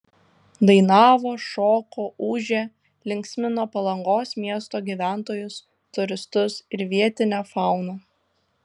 dainavo šoko ūžė linksmino palangos miesto gyventojus turistus ir vietinę fauną